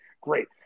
Great